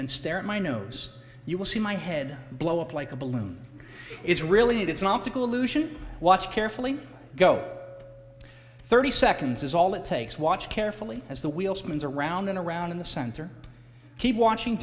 at my nose you will see my head blow up like a balloon is really it's an optical illusion watch carefully go thirty seconds is all it takes watch carefully as the wheel spins around and around in the center keep watching